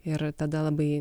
ir tada labai